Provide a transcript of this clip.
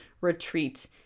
retreat